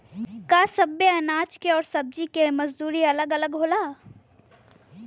का सबे अनाज के अउर सब्ज़ी के मजदूरी अलग अलग होला?